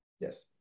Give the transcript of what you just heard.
Yes